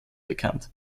bekannt